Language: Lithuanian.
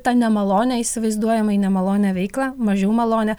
tą nemalonią įsivaizduojamai nemalonią veiklą mažiau malonią